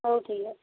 ହଉ ଠିକ୍ ଅଛି